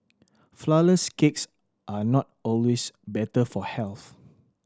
flourless cakes are not always better for health